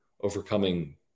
overcoming